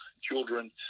children